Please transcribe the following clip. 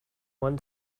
one